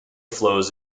flows